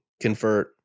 convert